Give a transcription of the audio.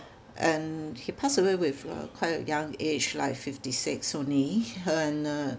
and he pass away with uh quite a young age like fifty six only and uh